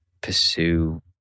pursue